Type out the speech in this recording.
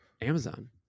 Amazon